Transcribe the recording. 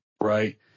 right